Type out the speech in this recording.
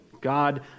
God